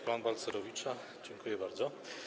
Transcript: Plan Balcerowicza - dziękuję bardzo.